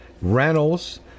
rentals